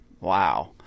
Wow